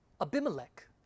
Abimelech